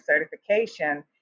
certification